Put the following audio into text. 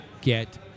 get